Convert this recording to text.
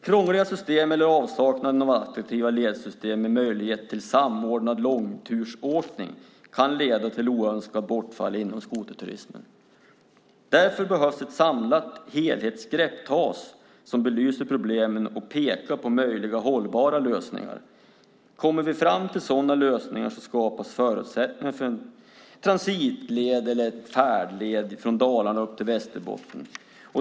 Krångliga system eller avsaknad av attraktiva ledsystem med möjlighet till samordnad långtursåkning kan leda till ett oönskat bortfall inom skoterturismen. Därför behöver ett samlat helhetsgrepp tas som belyser problemen och pekar på möjliga hållbara lösningar. Kommer vi fram till sådana lösningar skapas förutsättningar för en transitled eller färdled från Dalarna upp till Västerbotten.